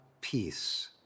peace